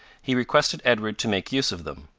he requested edward to make use of them.